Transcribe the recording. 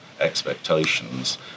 expectations